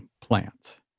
plants